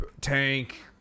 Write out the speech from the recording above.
tank